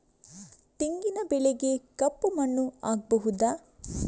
ತೆಂಗಿನ ಬೆಳೆಗೆ ಕಪ್ಪು ಮಣ್ಣು ಆಗ್ಬಹುದಾ?